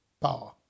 power